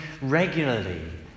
regularly